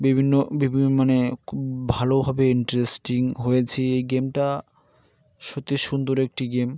বিভিন্ন মানে খুব ভালোভাবে ইন্টারেস্টিং হয়েছে এই গেমটা সত্যি সুন্দর একটি গেম